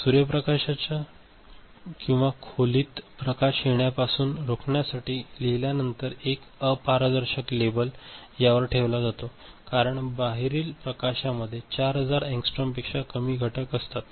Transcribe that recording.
सूर्यप्रकाशाचा किंवा खोलीत प्रकाश येण्यापासून रोखण्यासाठी लिहिल्यानंतर एक अपारदर्शक लेबल यावर ठेवला जातो कारण बाहेरील प्रकाशामध्ये 4000 एंगस्ट्रॉमपेक्षा कमी घटक असतात